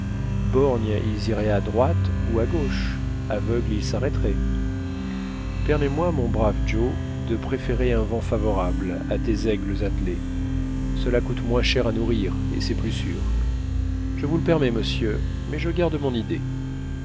borgnes ils iraient à droite ou à gauche aveugles ils s'arrêteraient permets-moi mon brave joe de préférer un vent favorable à tes aigles attelés cela coûte moins cher à nourrir et c'est plus sûr je vous le permets monsieur mais je garde mon idée